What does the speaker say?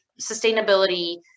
sustainability